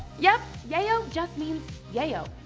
yep! yayo, just means yayo.